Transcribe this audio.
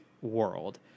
world